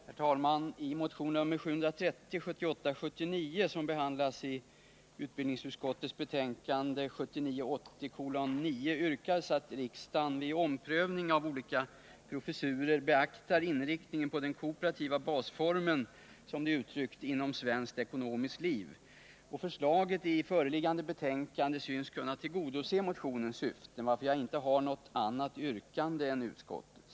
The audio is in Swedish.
Herr talman! I motion 1978 80:9, yrkas att riksdagen vid omprövning av olika professurer beaktar inriktningen på den kooperativa basformen, som det är uttryckt, inom svenskt ekonomiskt liv. Förslaget i föreliggande betänkande synes kunna tillgodose motionens syfte, varför jag inte har något annat yrkande än utskottets.